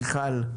מיכל שיר.